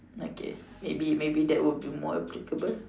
okay maybe maybe that would be more applicable